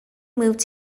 moved